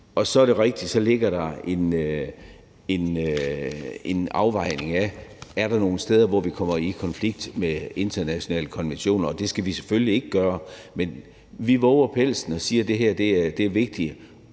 Så er det rigtigt, at der ligger en afvejning af, om der er nogle steder, hvor vi kommer i konflikt med internationale konventioner, og det skal vi selvfølgelig ikke gøre, men vi vover pelsen og siger, at det her er vigtigt